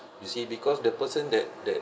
you see because the person that that